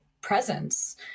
presence